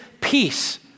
peace